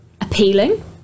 appealing